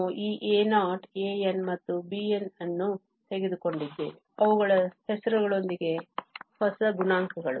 ನಾವು ಈ α0 αn ಮತ್ತು βn ಅನ್ನು ತೆಗೆದುಕೊಂಡಿದ್ದೇವೆ ಅವುಗಳ ಹೆಸರುಗಳೊಂದಿಗೆ ಹೊಸ ಗುಣಾಂಕಗಳು